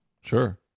Sure